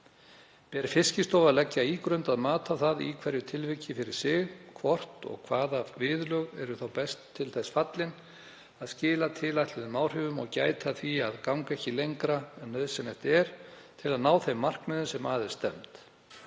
Ber Fiskistofu að leggja ígrundað mat á það í hverju tilviki fyrir sig hvort og hvaða viðurlög eru best til þess fallin að skila tilætluðum áhrifum og gæta að því að ganga ekki lengra en nauðsynlegt er til að ná þeim markmiðum sem að er stefnt.